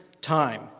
time